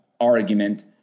argument